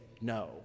no